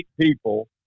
people